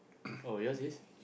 oh yours is